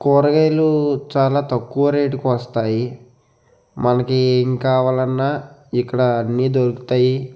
కూరగాయలు చాలా తక్కువ రేటుకొస్తాయి మనకి ఏం కావాలన్నా ఇక్కడ అన్ని దొరుకుతాయి